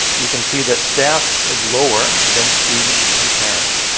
you can see that staff is lower than student and parents.